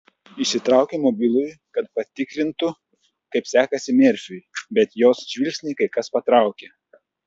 išsitraukė mobilųjį kad patikrintų kaip sekasi merfiui bet jos žvilgsnį kai kas patraukė